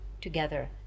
together